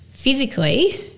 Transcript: physically